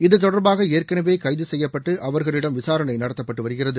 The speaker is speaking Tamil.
இது தொடர்பாக ஏற்கனவே ஏழு பேர் கைது செய்யப்பட்டு அவர்களிடம் விசாரணை நடத்தப்பட்டு வருகிறது